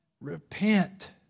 Repent